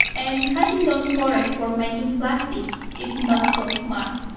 and cutting down forests for making plastic is not so smart.